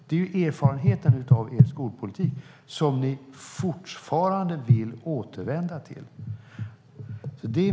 Det är erfarenheten av er skolpolitik, Peter Persson, den som ni fortfarande vill återvända till.